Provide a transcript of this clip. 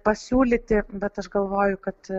pasiūlyti bet aš galvoju kad